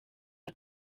aka